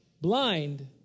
blind